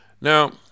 now